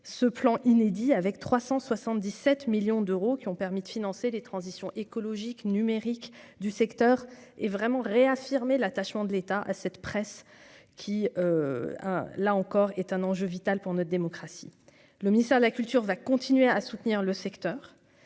ce plan inédit avec 377 millions d'euros qui ont permis de financer les transition écologique numérique du secteur et vraiment réaffirmer l'attachement de l'État à cette presse qui là encore est un enjeu vital pour notre démocratie, le ministère de la Culture va continuer à soutenir le secteur